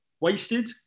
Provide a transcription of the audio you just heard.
wasted